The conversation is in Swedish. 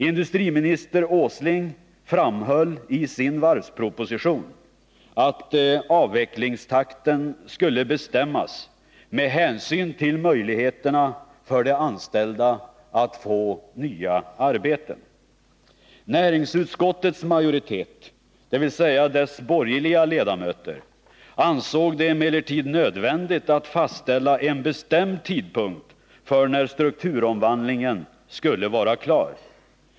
Industriminister Åsling framhöll i sin varvsproposition att avvecklingstakten skulle bestämmas med hänsyn till " möjligheterna för de anställda att få nya arbeten. Näringsutskottets majoritet, dvs. dess borgerliga ledamöter, ansåg det emellertid nödvändigt att fastställa en bestämd tidpunkt för när strukturomvandlingen skulle vara klar.